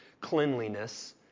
cleanliness